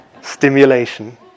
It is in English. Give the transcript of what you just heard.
stimulation